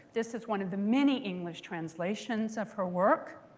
this is one of the many english translations of her work.